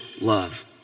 love